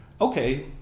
okay